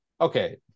okay